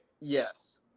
Yes